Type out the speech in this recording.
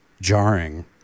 jarring